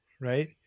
right